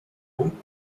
unten